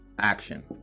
action